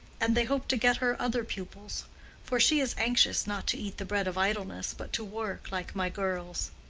and they hope to get her other pupils for she is anxious not to eat the bread of idleness, but to work, like my girls.